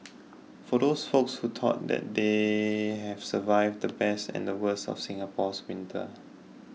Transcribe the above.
for those folks who thought that they have survived the best and the worst of Singapore winter